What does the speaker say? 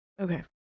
okay